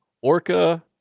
orca